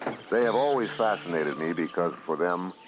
have always fascinated me because, for them,